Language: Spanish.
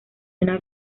una